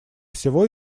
всего